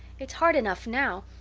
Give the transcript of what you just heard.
it's hard enough now,